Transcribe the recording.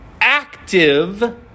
active